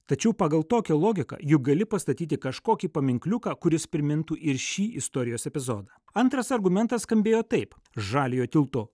tačiau pagal tokią logiką juk gali pastatyti kažkokį paminkliuką kuris primintų ir šį istorijos epizodą antras argumentas skambėjo taip žaliojo tilto